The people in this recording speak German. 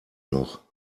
noch